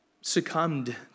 Succumbed